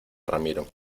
ramiro